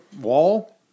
wall